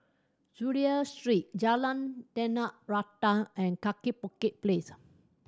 Chulia Street Jalan Tanah Rata and Kaki Bukit Place